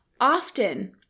Often